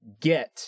get